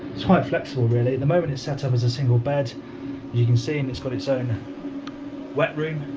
it's quite flexible really, at the moment it's set up as a single bed, as you can see, and it's got its own wet room,